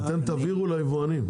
אתם תבהירו ליבואנים,